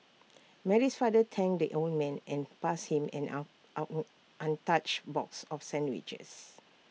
Mary's father thanked the old man and passed him an on untouched box of sandwiches